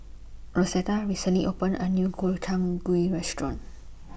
Rosetta recently opened A New Gobchang Gui Restaurant